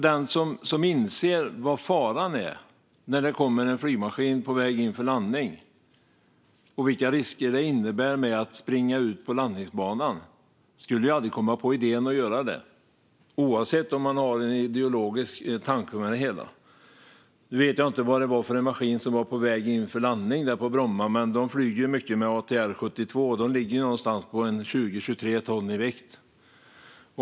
Den som inser vad faran är när det kommer en flygmaskin på väg in för landning och vilka risker det innebär att springa ut på landningsbanan skulle aldrig komma på idén att göra det oavsett om man har en ideologisk tanke med det hela. Nu vet jag inte vad det var för maskin som var på väg in för landning på Bromma. Men de flyger mycket med ATR 72. De ligger någonstans på 20-23 ton i vikt.